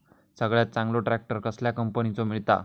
सगळ्यात चांगलो ट्रॅक्टर कसल्या कंपनीचो मिळता?